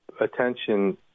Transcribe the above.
attention